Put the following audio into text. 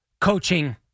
coaching